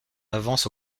avance